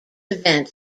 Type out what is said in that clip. event